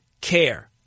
care